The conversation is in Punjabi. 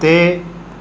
ਤੇ